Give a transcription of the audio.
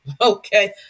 Okay